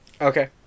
Okay